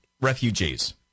refugees